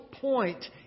point